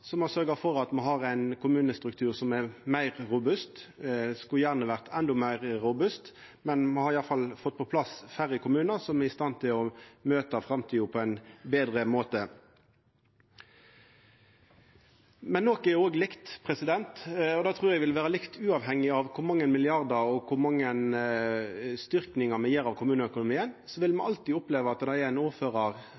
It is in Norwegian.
som har sørgt for at me har ein kommunestruktur som er meir robust. Han skulle gjerne vore endå meir robust, men me har i alle fall fått på plass færre kommunar, kommunar som er i stand til å møta framtida på ein betre måte. Men noko er òg likt, og det trur eg vil vera likt uavhengig av kor mange milliardar og kor mange styrkingar me gjer av kommuneøkonomien. Me vil